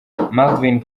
marvin